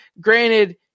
Granted